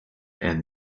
and